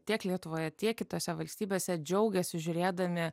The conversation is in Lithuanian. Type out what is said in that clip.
tiek lietuvoje tiek kitose valstybėse džiaugiasi žiūrėdami